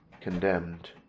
condemned